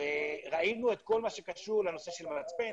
וראינו את כל מה שקשור לנושא של המצפן,